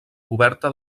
coberta